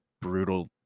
brutal